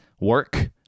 work